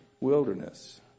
wilderness